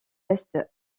est